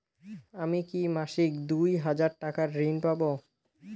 আমি কি মাসিক দুই হাজার টাকার ঋণ পাব?